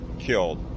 killed